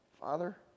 Father